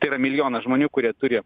tai yra milijonas žmonių kurie turi